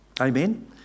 Amen